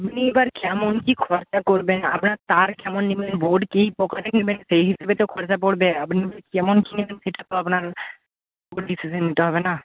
আপনি এবার কেমন কী খরচা করবেন আপনার তার কেমন নিবেন বোর্ড কী প্রকারের নিবেন সেই হিসেবে তো খরচা পড়বে আপনি যেমন আপনার ওপর ডিসিশান নিতে হবে না